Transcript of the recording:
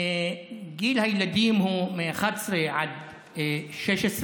גיל הילדים הוא מ-11 עד 16,